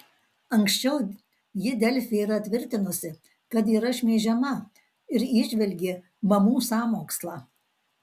anksčiau ji delfi yra tvirtinusi kad yra šmeižiama ir įžvelgė mamų sąmokslą